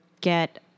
get